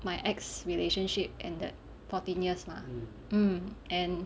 my ex relationship ended fourteen years mah and